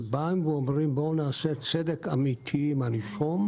הם באים ואומרים: "בואו נעשה צדק אמיתי עם הנישום,